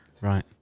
Right